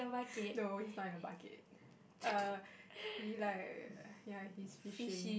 no he's not in the bucket err he like ya he's fishing